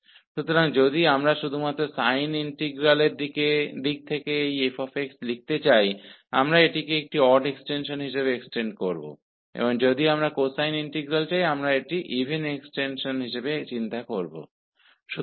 इसलिए यदि हम इस f को केवल साइन इंटीग्रल के रूप में लिखना चाहते हैं तो हम इसे एक आड एक्सटेंशन के रूप में विस्तारित करेंगे और यदि हम कोसाइन इंटीग्रल रखना चाहते हैं तो हम एक इवन एक्सटेंशन के रूप में विस्तार करेंगे